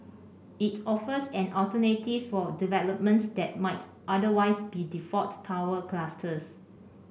it offers an alternative for developments that might otherwise be default tower clusters